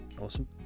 awesome